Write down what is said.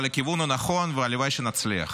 אבל לכיוון הנכון, והלוואי שנצליח.